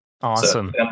Awesome